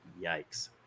Yikes